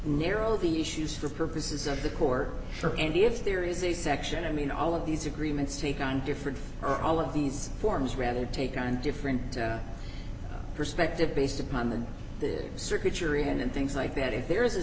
narrow the issues for purposes of the court and if there is a section i mean all of these agreements take on different or all of these forms rather take on different perspective based upon the circuit yury and things like that if there is a